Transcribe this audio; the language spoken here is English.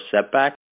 setback